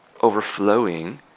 overflowing